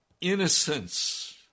Innocence